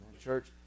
Church